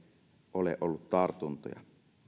ole ollut tartuntoja